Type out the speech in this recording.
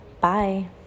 Bye